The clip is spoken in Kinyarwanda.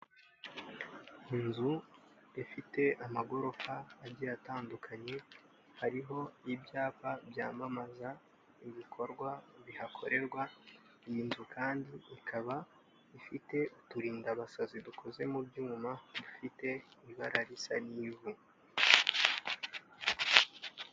Inzu ifite amagorofa agiye atandukanye, hariho ibyapa byamamaza ibikorwa bihakorerwa, iyi nzu kandi ikaba ifite uturindabasazi dukoze mu byuma bifite ibara risa n'ivu.